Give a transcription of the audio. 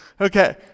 Okay